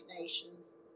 Nations